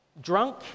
drunk